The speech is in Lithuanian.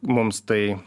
mums tai